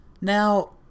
Now